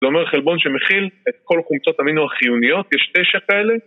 לומר חלבון שמכיל את כל חומצות המינו החיוניות, יש תשע כאלה